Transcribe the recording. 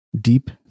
deep